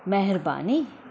महिरबानी